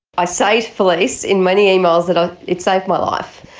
i say to felice in many emails that ah it saved my life.